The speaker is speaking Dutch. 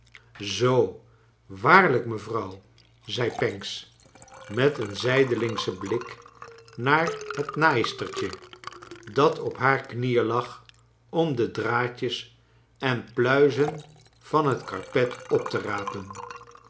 zoo waarlijk mevrouw zei pancks met een zijdelingschen blik naar het naaistertje dat op haar knieen lag om de draadjes en pluizen van het karpet op te rapen